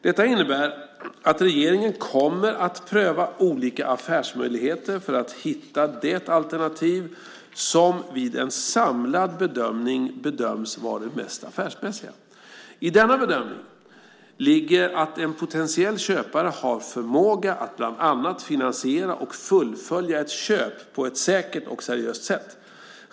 Detta innebär att regeringen kommer att pröva olika affärsmöjligheter för att hitta det alternativ som vid en samlad bedömning bedöms vara det mest affärsmässiga. I denna bedömning ligger att en potentiell köpare har förmåga att bland annat finansiera och fullfölja ett köp på ett säkert och seriöst sätt.